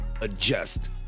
adjust